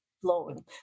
flowing